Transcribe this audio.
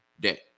day